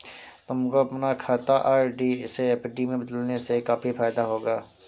तुमको अपना खाता आर.डी से एफ.डी में बदलने से काफी फायदा होगा